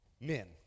Men